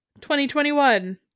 2021